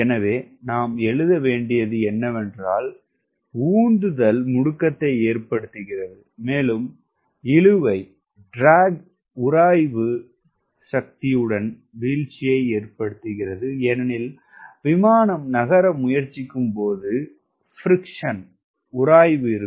எனவே நாம் எழுத வேண்டியது என்னவென்றால் உந்துதல் முடுக்கத்தை ஏற்படுத்துகிறது மேலும் இழுவை உராய்வு சக்தியுடன் வீழ்ச்சியை ஏற்படுத்துகிறது ஏனெனில் விமானம் நகர முயற்சிக்கும்போது உராய்வு இருக்கும்